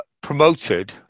promoted